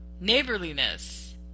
neighborliness